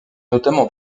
notamment